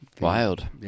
Wild